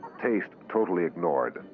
taste totally ignored,